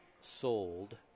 sold